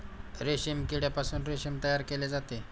रेशीम किड्यापासून रेशीम तयार केले जाते